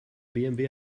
bmw